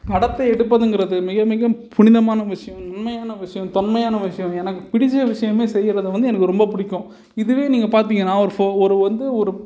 படத்தை எடுப்பதுங்கிறது மிக மிக புனிதமான விஷயம் உண்மையான விஷயம் தொன்மையான விஷயம் எனக்கு பிடிச்ச விஷயமே செய்கிறத வந்து எனக்கு ரொம்ப பிடிக்கும் இதுவே நீங்கள் பார்த்திங்கன்னா ஒரு ஒரு வந்து ஒரு